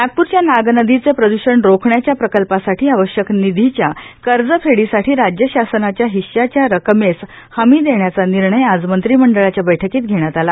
नागपूरच्या नाग नदीचे प्रदूषण रोखण्याच्या प्रकल्पासाठी आवश्यक निषीच्या कर्ज फेडीसाठी राज्य शासनाच्या हिश्याच्या रकमेस हमी देण्याचा निर्णय आज मंत्रिमंडळाच्या बैठकीत घेण्यात आला